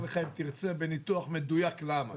אם תרצה, אשלח לך ניתוח מדויק למה.